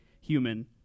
human